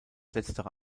letztere